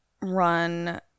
Run